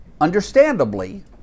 understandably